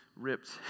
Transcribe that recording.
ripped